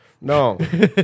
No